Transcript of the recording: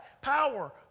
power